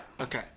Okay